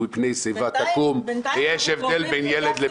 מפני שיבה תקום יש הבדל בין ילד לבין